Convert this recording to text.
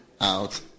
out